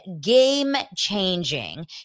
game-changing